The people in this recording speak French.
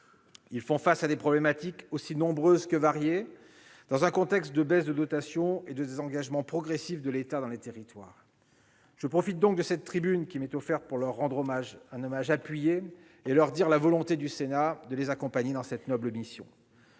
Ils font face à des problématiques aussi nombreuses que variées, dans un contexte de baisse des dotations et de désengagement progressif de l'État dans les territoires. Je profite donc de la tribune qui m'est offerte pour leur rendre un hommage appuyé et leur dire la volonté du Sénat de les accompagner dans cette noble mission.